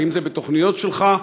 האם זה בתוכניות שלך,